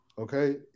Okay